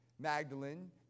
Magdalene